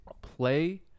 play